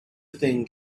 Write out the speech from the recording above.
thing